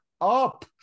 up